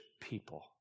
people